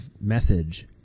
message